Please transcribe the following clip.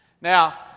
Now